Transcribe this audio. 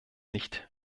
nicht